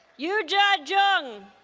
yujia zhang